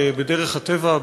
בדרך הטבע,